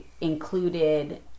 included